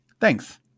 Thanks